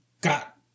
got